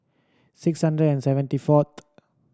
six hundred and seventy fourth